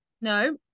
No